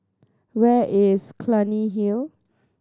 where is Clunny Hill